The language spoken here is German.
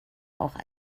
auch